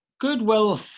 goodwill